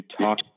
talk